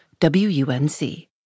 WUNC